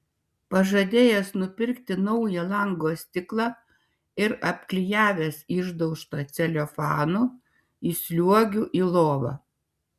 pažadėjęs nupirkti naują lango stiklą ir apklijavęs išdaužtą celofanu įsliuogiu į lovą